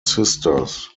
sisters